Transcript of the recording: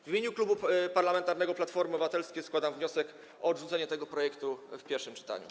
W imieniu Klubu Parlamentarnego Platforma Obywatelska składam wniosek o odrzucenie tego projektu w pierwszym czytaniu.